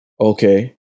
okay